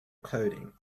coding